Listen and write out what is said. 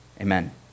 Amen